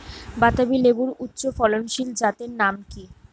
বাতাবি লেবুর উচ্চ ফলনশীল জাতের নাম কি?